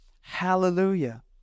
Hallelujah